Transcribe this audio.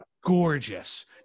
gorgeous